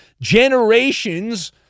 generations